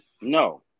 No